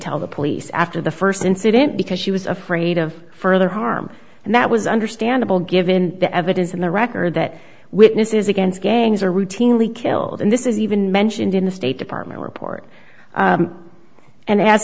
tell the police after the first incident because she was afraid of further harm and that was understandable given the evidence in the record that witnesses against gangs are routinely killed and this is even mentioned in the state department report and